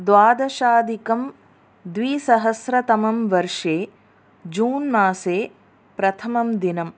द्वादशाधिकं द्विसहस्रतमं वर्षे जून् मासे प्रथमं दिनम्